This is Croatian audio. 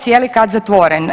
Cijeli kat zatvoren.